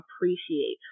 appreciate